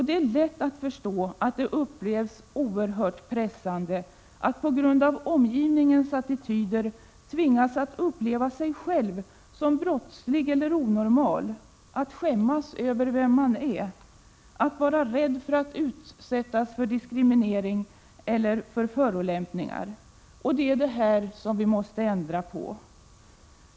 Det är lätt att förstå att det upplevs oerhört pressande att på grund av omgivningens attityder tvingas att uppleva sig själv som brottslig eller onormal, att skämmas Över vem man är, att vara rädd för att utsättas för diskriminering eller förolämpningar. Det är detta vi måste ändra på.